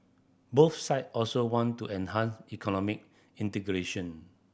both side also want to enhance economic integration